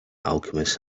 alchemist